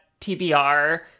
TBR